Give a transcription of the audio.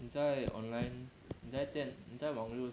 你在 online 你在电你在网络